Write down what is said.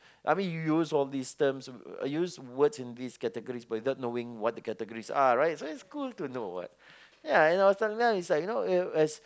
I mean you use all these terms you use words in these categories but without knowing what the categories are right so it's cool to know what ya and I was telling them it's like you know well as